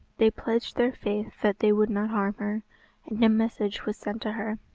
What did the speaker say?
they pledged their faith that they would not harm her, and a message was sent to her.